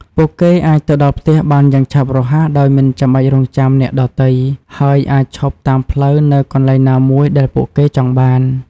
ពួកគេអាចទៅដល់ផ្ទះបានយ៉ាងឆាប់រហ័សដោយមិនចាំបាច់រង់ចាំអ្នកដទៃ ហើយអាចឈប់តាមផ្លូវនៅកន្លែងណាមួយដែលពួកគេចង់បាន។